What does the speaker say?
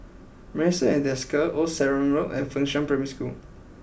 Marrison at Desker Old Sarum Road and Fengshan Primary School